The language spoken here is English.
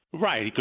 Right